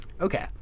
Okay